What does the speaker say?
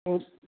औ